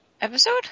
episode